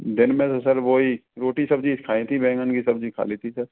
दिन में तो सर वही रोटी सब्जी खाई थीं बैंगन की सब्जी खा ली थी सर